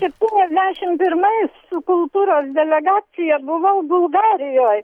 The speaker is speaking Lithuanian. septyniasdešim pirmais su kultūros delegacija buvau bulgarijoj